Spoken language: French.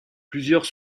plusieurs